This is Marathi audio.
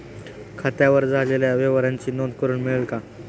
खात्यावर झालेल्या व्यवहाराची नोंद करून मिळेल का?